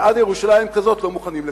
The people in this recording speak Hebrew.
ואז ירושלים כזאת לא מוכנים לקבל.